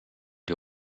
die